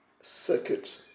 circuit